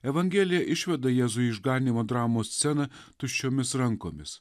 evangelija išveda jėzui išganymo dramos sceną tuščiomis rankomis